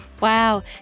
Wow